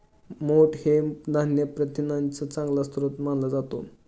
मोठ हे धान्य प्रथिनांचा चांगला स्रोत मानला जातो